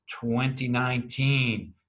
2019